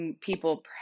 people